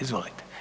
Izvolite.